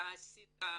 אתה עשית נזק,